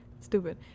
stupid